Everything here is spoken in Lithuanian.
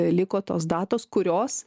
liko tos datos kurios